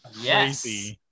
Yes